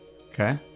Okay